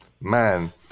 man